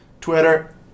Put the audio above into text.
Twitter